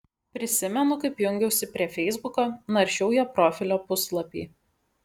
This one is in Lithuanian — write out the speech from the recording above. prisimenu kaip jungiausi prie feisbuko naršiau jo profilio puslapį